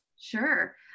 Sure